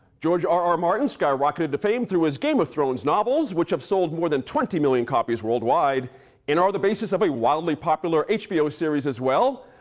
george r r. martin skyrocketed to fame through his game of thrones novels which have sold more than twenty million copies worldwide and on the basis of a wildly popular hbo series as well.